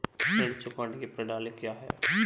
ऋण चुकाने की प्रणाली क्या है?